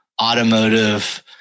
automotive